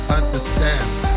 understands